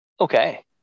okay